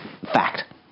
fact